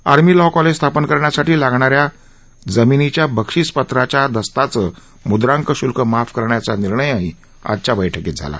army law college स्थापन करण्यासाठी लागणाऱ्या जमिनीच्या बक्षीसपत्राच्या दस्ताचं म्द्रांक श्ल्क माफ करण्याचा निर्णयही या बैठकीत झाला